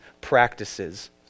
practices